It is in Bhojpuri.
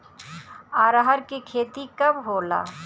अरहर के खेती कब होला?